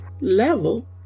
level